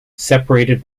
separated